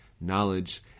knowledge